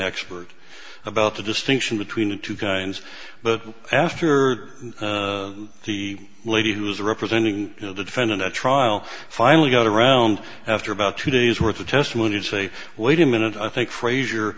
expert about the distinction between the two guns but after the lady who was representing the defendant at trial finally got around after about two days worth of testimony and say wait a minute i think frazier